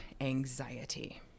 anxiety